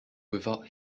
without